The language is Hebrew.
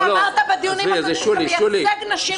בדיונים הקודמים אמרת שאתה מייצג נשים בזנות.